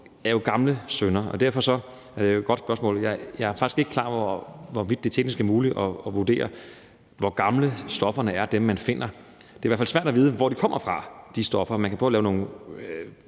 er gamle synder. Derfor er det jo et godt spørgsmål, og jeg er faktisk ikke klar over, hvorvidt det teknisk er muligt at vurdere, hvor gamle de stoffer, man finder, er. Det er i hvert fald svært at vide, hvor de stoffer kommer fra. Man kan prøve at bruge nogle